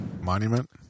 Monument